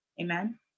Amen